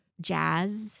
jazz